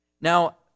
Now